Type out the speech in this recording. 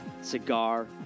Cigar